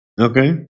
okay